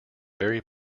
very